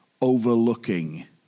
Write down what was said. overlooking